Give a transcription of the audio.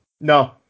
No